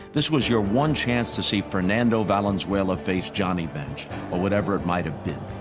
this was your one chance to see fernando valenzuela face johnny bench or whatever it might have been.